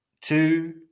two